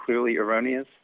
clearly erroneous